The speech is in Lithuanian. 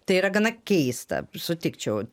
tai yra gana keista sutikčiau